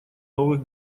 новых